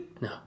No